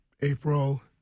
April